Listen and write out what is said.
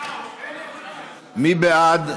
מי בעד?